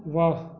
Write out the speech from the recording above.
वाह